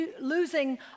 losing